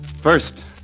First